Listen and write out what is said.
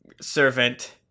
servant